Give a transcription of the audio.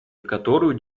которую